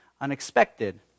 unexpected